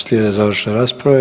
Slijede završne rasprave.